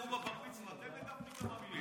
חוץ מנאום הבר-מצווה, תן לגפני כמה מילים.